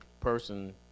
person